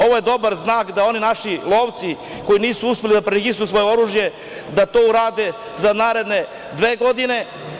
Ovo je dobar znak da oni naši lovci koji nisu uspeli da preregistruju svoje oružje da to urade za naredne dve godine.